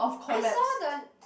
I saw the